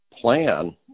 plan